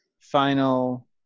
final